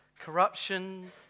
corruption